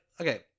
okay